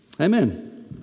Amen